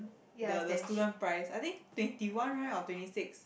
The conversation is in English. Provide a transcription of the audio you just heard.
the the student price I think twenty one right or twenty six